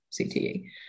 cte